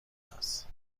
است